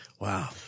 wow